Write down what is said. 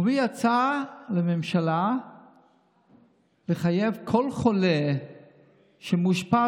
הוא הציע לממשלה לחייב כל חולה שמאושפז